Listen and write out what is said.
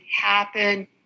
happen